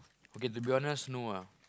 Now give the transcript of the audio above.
okay to be honest no ah